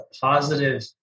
positive